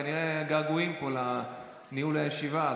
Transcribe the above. כנראה יש געגועים פה לניהול הישיבה,